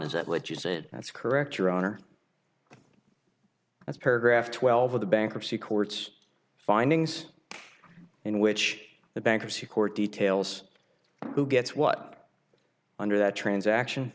is that which is it that's correct your honor that's paragraph twelve of the bankruptcy courts findings in which the bankruptcy court details who gets what under that transaction